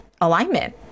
alignment